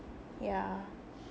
yeah